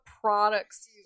products